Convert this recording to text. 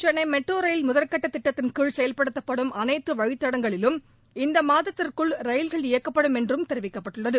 Chennai metro ரயில் முதல்கட்ட திட்டத்தின் கீழ் செயல்படுத்தப்படும் அனைத்து வழித்தடங்களிலும் இந்த மாதத்திற்குள் ரயில்கள் இயக்கப்படும் என்றும் தெரிவிக்கப்பட்டுள்ளது